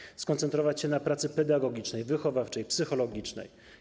Powinien skoncentrować się na pracy pedagogicznej, wychowawczej, psychologicznej.